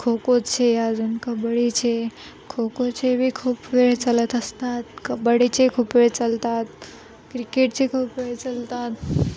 खो खोचे अजून कबड्डीचे खो खोचे बी खूप वेळ चालत असतात कबड्डीचे खूप वेळ चालतात क्रिकेटचे खूप वेळ चालतात